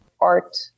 art